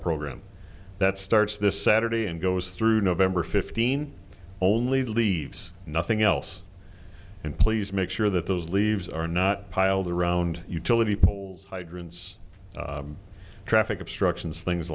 program that starts this saturday and goes through november fifteenth only leaves nothing else and please make sure that those leaves are not piled around utility poles hydrants traffic obstructions things